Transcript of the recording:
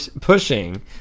pushing